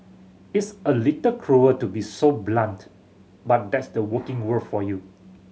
it's a little cruel to be so blunt but that's the working world for you